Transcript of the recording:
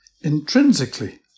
intrinsically